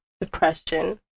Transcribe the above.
depression